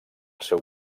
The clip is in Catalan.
seu